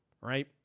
right